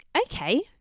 okay